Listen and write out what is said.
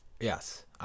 Yes